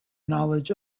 knowledge